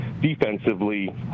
defensively